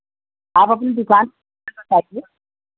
आप अपनी दुकान बताइए